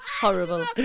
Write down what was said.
horrible